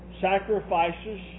sacrifices